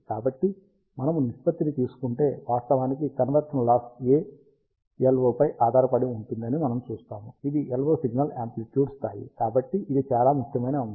కాబట్టి మనము నిష్పత్తిని తీసుకుంటే వాస్తవానికి కన్వర్షన్ లాస్ ALO పై ఆధారపడి ఉంటుందని మనము చూస్తాము ఇది LO సిగ్నల్ యాంప్లిట్యూడ్ స్థాయి కాబట్టి ఇది చాలా ముఖ్యమైన అంశం